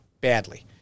badly